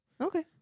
Okay